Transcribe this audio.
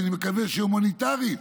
שאני מקווה שהיא הומניטרית,